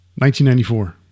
1994